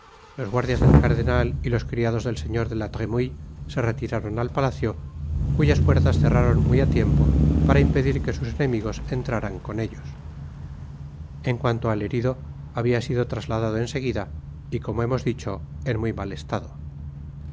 los guardias del cardenal y los criados del señor de la tremouille se retiraron al palacio cuyas puertas cerraron muy á tiempo para impedir que sus enemigos entraran con ellos en cuanto al herido habia sido trasladado en seguida y como hemos dicho en muy mal estado la